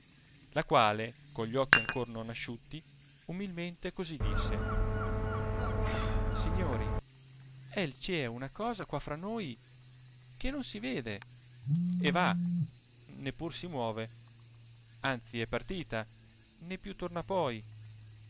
la quale con gli occhi ancor non asciutti umilmente così disse signori el ci è una cosa qua fra noi che non si vede e va né pur si move anzi è partita né più torna poi